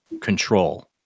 control